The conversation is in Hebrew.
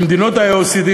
במדינות ה-OECD,